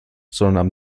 sondern